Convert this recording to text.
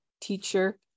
teacher